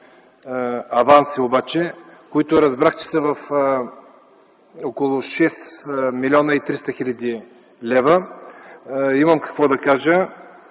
аванси обаче, които разбрах, че са около 6 млн. 300 хил. лв., имам какво да кажа.